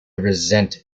resent